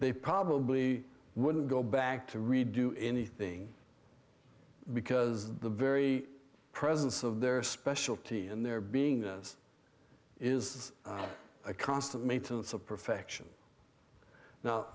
they probably wouldn't go back to redo anything because the very presence of their specialty and their beingness is a constant maintenance of perfection now